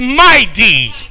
mighty